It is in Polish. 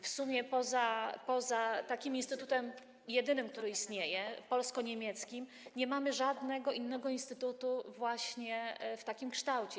W sumie poza jedynym instytutem, który istnieje - polsko-niemieckim, nie mamy żadnego innego instytutu właśnie w takim kształcie.